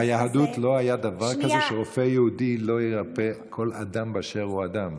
ביהדות לא היה דבר כזה שרופא יהודי לא ירפא כל אדם באשר הוא אדם.